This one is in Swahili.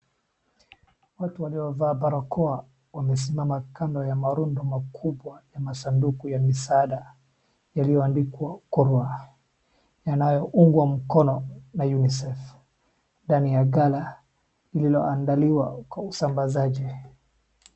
Watu waliovaa barakoa wamesimama kando ya marundo makubwa ya masanduku ya misaada yaliyoandikwa Korwa yanayoungwa mkono na UNICEF ndani ya ghala lililoandaliwa kwa usambazaji.